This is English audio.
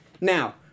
Now